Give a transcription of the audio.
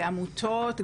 בעמותות,